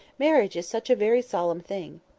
marriage is such a very solemn thing!